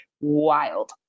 Wild